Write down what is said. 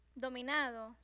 dominado